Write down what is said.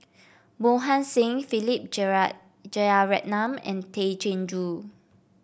Mohan Singh Philip Jeyaretnam and Tay Chin Joo